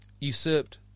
usurped